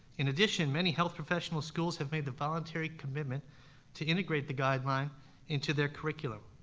in addition, many health professional schools have made the voluntary commitment to integrate the guideline into their curriculum.